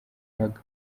hugh